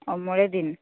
ᱚ ᱢᱚᱲᱮᱫᱤᱱ